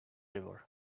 river